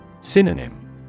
Synonym